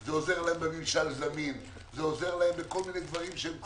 זה עוזר להן בממשל זמין, בדברים שהם צריכים.